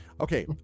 Okay